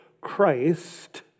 Christ